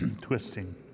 twisting